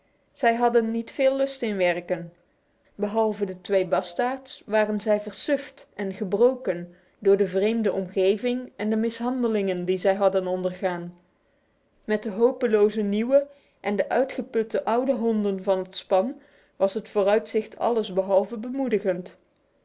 zij hadden niet veel lust in werken behalve de twee bastaards waren zij versuft en gebroken door de vreemde omgeving en de mishandelingen die zij hadden ondergaan met de hopeloze nieuwe en de uitgeputte oude honden van het span was het vooruitzicht allesbehalve bemoedigend